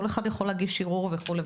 כל אחד יכול להגיש ערעור וכו'.